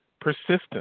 Persistence